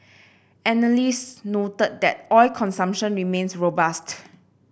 analysts noted that oil consumption remains robust